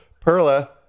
Perla